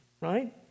right